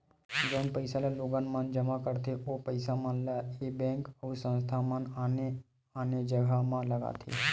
जउन पइसा ल लोगन मन जमा करथे ओ पइसा मन ल ऐ बेंक अउ संस्था मन आने आने जघा म लगाथे